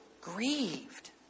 grieved